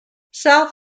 south